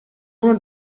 uno